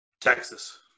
Texas